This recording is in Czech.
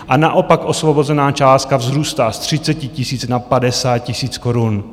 A naopak osvobozená částka vzrůstá z 30 tisíc na 50 tisíc korun.